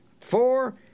Four